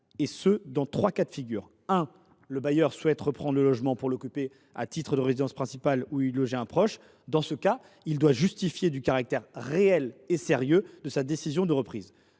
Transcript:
dans trois cas de figure. Premier cas : le bailleur souhaite reprendre le logement pour l’occuper à titre de résidence principale ou y loger un proche. Il doit alors justifier du caractère réel et sérieux de sa décision de reprise.